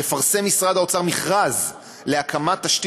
יפרסם משרד האוצר מכרז להקמת תשתית